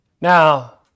Now